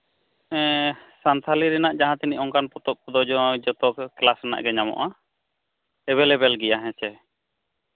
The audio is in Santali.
ᱥᱟᱱᱛᱷᱟᱞᱤ ᱨᱮᱱᱟᱜ ᱡᱟᱦᱟᱸ ᱛᱤᱱᱟᱹᱜ ᱚᱝᱠᱟᱱ ᱯᱚᱛᱚᱵ ᱠᱚ ᱡᱚᱛᱚ ᱠᱞᱟᱥ ᱨᱮᱱᱟᱜ ᱜᱮ ᱧᱟᱢᱚᱜᱼᱟ ᱮᱵᱮᱞ ᱮᱵᱮᱞ ᱜᱮᱭᱟ ᱪᱮ ᱦᱮᱸᱪᱮ